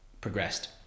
progressed